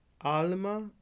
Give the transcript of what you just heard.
alma